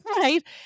Right